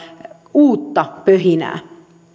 uutta pöhinää